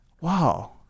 Wow